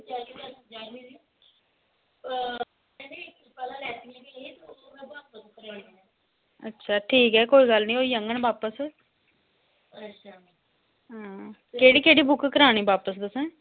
अच्छा ठीक ऐ कोई गल्ल नेई होई जाङन बापस अच्छा केह्ड़ी के्हड़ी बुक करानी बापस तुसें